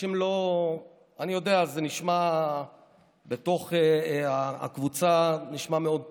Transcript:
אנשים לא, אני יודע, בתוך הקבוצה נשמע מאוד טוב,